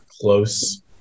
close